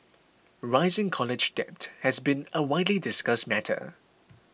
rising college debt has been a widely discussed matter